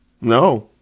No